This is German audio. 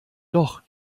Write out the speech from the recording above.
doch